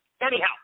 Anyhow